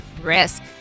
risk